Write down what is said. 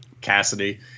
Cassidy